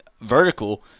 vertical